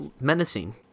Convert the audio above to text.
Menacing